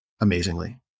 amazingly